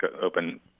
open